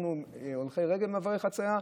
או הולכי רגל במעברי חציה,